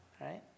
right